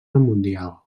mundial